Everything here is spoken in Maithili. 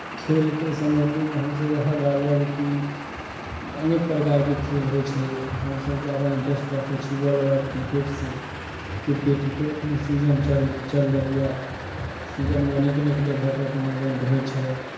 खेलके सम्बन्धीमे हमसभ इएह बाजब कि अनेक प्रकारके खेल होइ छै हमसभ ज्यादा इन्ट्रेस्ट रखै छी वर्ल्डवाइड क्रिकेटसँ क्रिकेटके अखनि सीजन चल चल रहैए तऽ सीजनमे अनेक अनेक जगहपर टूर्नामेंट होइ छै